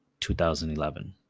2011